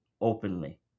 openly